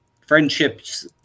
friendships